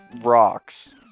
rocks